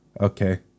okay